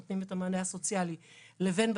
אני אשמח למענה לכל הילדים האלה ואני חושבת